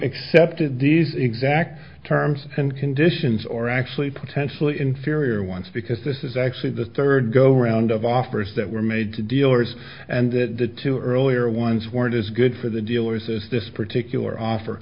accepted these exact terms and conditions or actually potentially inferior ones because this is actually the third go round of offers that were made to dealers and that the two earlier ones weren't as good for the dealers as this particular offer